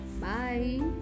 Bye